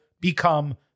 become